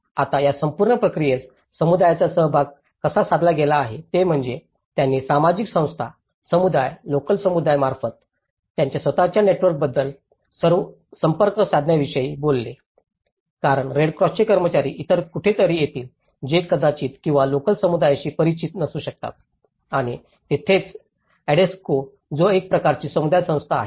आता या संपूर्ण प्रक्रियेस समुदायाचा सहभाग कसा साधला गेला आहे ते म्हणजे त्यांनी सामाजिक संस्था समुदाय लोकल समुदाय यांच्यामार्फत त्यांच्या स्वत च्या नेटवर्कद्वारे संपर्क साधण्याविषयी बोलले कारण रेडक्रॉसचे कर्मचारी इतर कुठेतरी येतील जे कदाचित किंवा लोकल समुदायाशी परिचित नसू शकतात आणि तिथेच अॅडेस्को जो एक प्रकारची समुदाय संस्था आहे